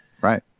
right